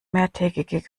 mehrtägige